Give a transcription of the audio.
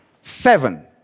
Seven